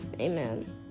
amen